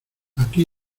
aquí